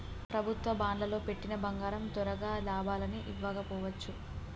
ప్రభుత్వ బాండ్లల్లో పెట్టిన డబ్బులు తొరగా లాభాలని ఇవ్వకపోవచ్చు